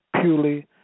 Purely